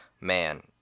Man